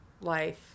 life